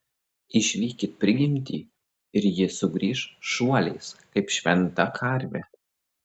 išvykit prigimtį ir ji sugrįš šuoliais kaip šventa karvė